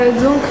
Donc